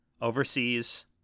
overseas